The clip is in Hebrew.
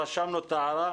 אוקי, רשמנו את ההערה.